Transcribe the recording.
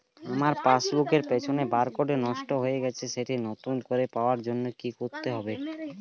আমার পাসবুক এর পিছনে বারকোডটি নষ্ট হয়ে গেছে সেটি নতুন করে পাওয়ার জন্য কি করতে হবে?